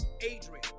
Adrian